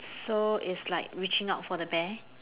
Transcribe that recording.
so it's like reaching out for the bear